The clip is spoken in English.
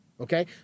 okay